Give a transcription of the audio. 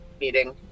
meeting